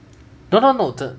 no no no the